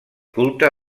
culte